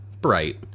bright